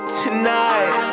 tonight